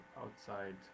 outside